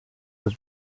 was